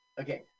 Okay